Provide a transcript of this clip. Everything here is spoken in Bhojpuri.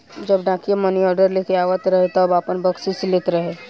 जब डाकिया मानीऑर्डर लेके आवत रहे तब आपन बकसीस लेत रहे